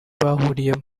bahuriyemo